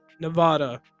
Nevada